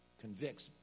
convicts